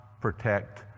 protect